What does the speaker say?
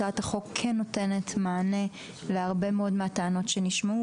הצעת החוק כן נותנת מענה להרבה מאוד מהטענות שנשמעו,